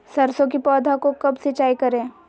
सरसों की पौधा को कब सिंचाई करे?